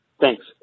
Thanks